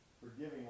forgiving